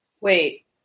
Wait